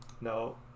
No